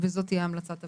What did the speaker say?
וזאת תהיה המלצת הוועדה.